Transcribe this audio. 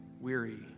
weary